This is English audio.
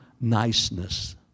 niceness